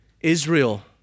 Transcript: Israel